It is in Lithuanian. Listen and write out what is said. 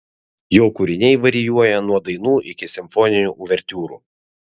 jo kūriniai varijuoja nuo dainų iki simfoninių uvertiūrų